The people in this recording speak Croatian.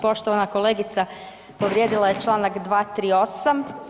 Poštovana kolegica povrijedila je čl. 238.